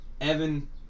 Evan